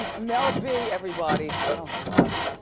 and mel b, everybody. oh gosh.